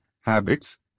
habits